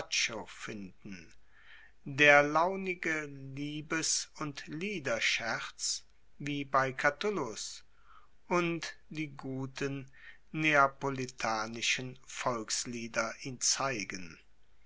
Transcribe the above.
finden der launige liebes und liederscherz wie catullus und die guten neapolitanischen volkslieder ihn zeigen